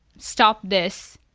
stop this,